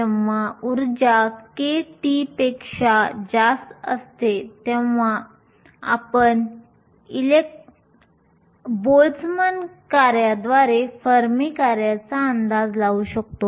जेव्हा ऊर्जा kT पेक्षा जास्त असते तेव्हा आपण बोल्ट्झमॅन कार्याद्वारे फर्मी कार्याचा अंदाज लावू शकतो